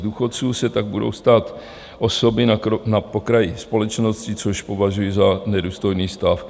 Z důchodců se tak budou stávat osoby na okraji společnosti, což považuji za nedůstojný stav.